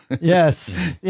Yes